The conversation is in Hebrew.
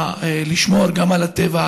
לשמור גם על הטבע,